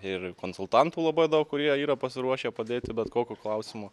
ir konsultantų labai daug kurie yra pasiruošę padėti bet kokiu klausimu